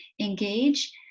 engage